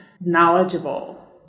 knowledgeable